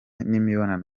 n’imibonano